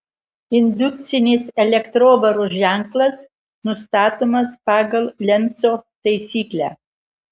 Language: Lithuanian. indukcinės elektrovaros ženklas nustatomas pagal lenco taisyklę